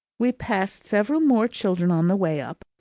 we passed several more children on the way up,